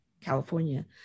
California